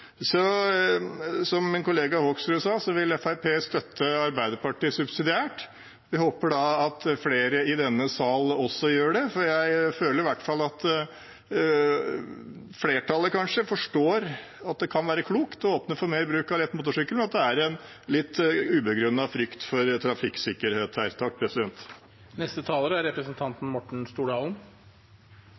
Som min kollega Hoksrud sa, vil Fremskrittspartiet støtte Arbeiderpartiets forslag subsidiært. Jeg håper at flere i denne sal også gjør det. Jeg føler i hvert fall at flertallet kanskje forstår at det kan være klokt å åpne for mer bruk av lett motorsykkel, og at det er en litt ubegrunnet frykt for trafikksikkerhet her. Når jeg nå tar ordet, er